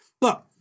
Look